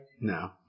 no